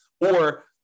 Or-